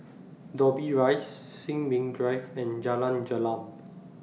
Dobbie Rise Sin Ming Drive and Jalan Gelam